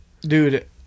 Dude